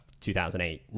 2008